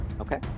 Okay